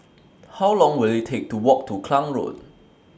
How Long Will IT Take to Walk to Klang Road